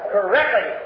Correctly